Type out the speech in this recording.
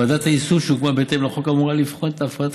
ועדת היישום שהוקמה בהתאם לחוק אמורה לבחון את הפרדת